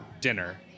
dinner